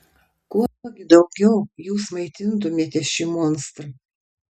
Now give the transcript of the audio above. kuo gi daugiau jūs maitintumėte šį monstrą